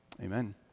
amen